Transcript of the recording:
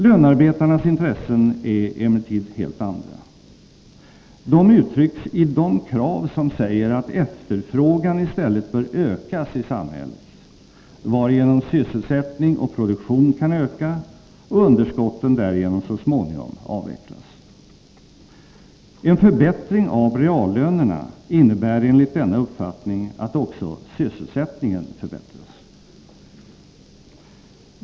Lönarbetarnas intressen är emellertid helt andra. De uttrycks i de krav som säger att efterfrågan i stället bör ökas i samhället, varigenom sysselsättning och produktion kan öka och underskotten därigenom så småningom avvecklas. En förbättring av reallönerna innebär enligt denna uppfattning att också sysselsättningen förbättras.